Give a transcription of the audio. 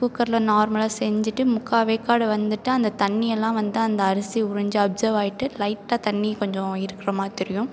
குக்கரில் நார்மலாக செஞ்சிட்டு முக்கால் வேக்காடு வெந்துட்டு அந்த தண்ணி எல்லாம் வந்து அந்த அரிசி உறிஞ்சி அப்சேர்வ் ஆகிட்டு லைட்டா தண்ணி கொஞ்சம் இருக்கிற மாதிரி தெரியும்